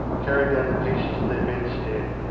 carried down the pieces of their bedstead,